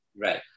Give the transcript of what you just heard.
Right